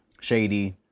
shady